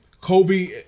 Kobe